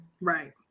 Right